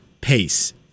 pace